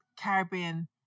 caribbean